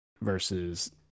versus